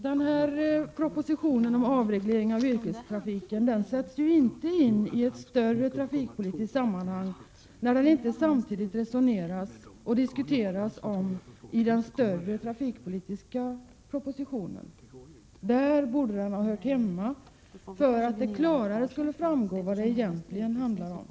Denna proposition om avreglering av yrkestrafiken sätts ju inte in i ett större trafikpolitiskt sammanhang, eftersom denna fråga inte samtidigt behandlas i den större trafikpolitiska propositionen. Där borde den ha funnits med, så att det klarare framgått vad det egentligen handlar om.